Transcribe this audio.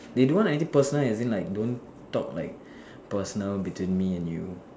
they don't want any personal as in like don't talk like personal between me and you